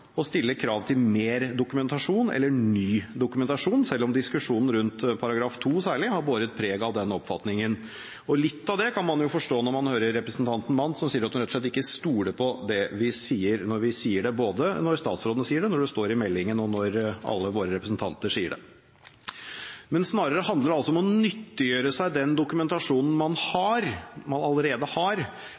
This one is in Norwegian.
å stille krav til mer dokumentasjon eller ny dokumentasjon, selv om diskusjonen særlig rundt § 2 har båret preg av den oppfatningen. Litt av det kan man forstå når man hører representanten Mandt som sier at hun rett og slett ikke stoler på det vi sier, ikke når statsråden sier det, når det står i meldingen eller når alle våre representanter sier det. Snarere handler det om å nyttiggjøre seg den dokumentasjonen man allerede har,